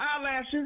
eyelashes